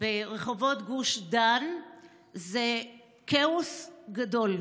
ברחובות גוש דן זה כאוס גדול,